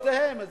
חוק שלכם, אתם